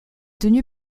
tenu